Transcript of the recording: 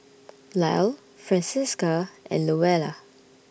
Lyle Francisca and Louella